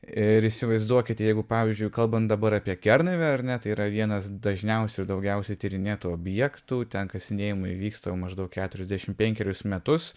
ir įsivaizduokit jeigu pavyzdžiui kalbant dabar apie kernavę ar ne tai yra vienas dažniausių ir daugiausiai tyrinėtų objektų ten kasinėjimai vyksta maždaug keturiasdešimt penkerius metus